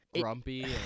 Grumpy